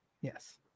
yes